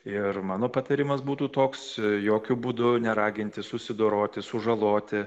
ir mano patarimas būtų toks jokiu būdu neraginti susidoroti sužaloti